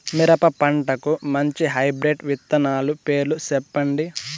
మిరప పంటకు మంచి హైబ్రిడ్ విత్తనాలు పేర్లు సెప్పండి?